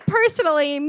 personally